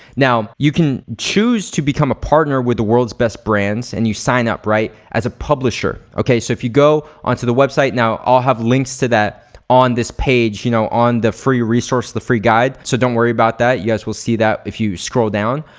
now, you can choose to become a partner with the world's best brands and you sign up right? as a publisher, okay? so if you go onto the website, now i'll have links to that on this page you know on the free resource, the free guide. so don't worry about that. you will see that if you scroll down.